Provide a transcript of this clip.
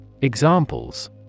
Examples